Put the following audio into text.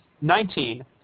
Nineteen